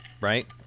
right